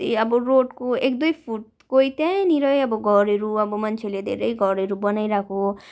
त्यही अब रोडको एक दुई फुटकै त्यहाँनिरै अब घरहरू अब मान्छेहरूले धेरै घरहरू बनाइरहेको